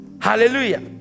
Hallelujah